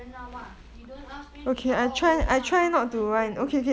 then now what you don't ask me to start all over again I'm not going to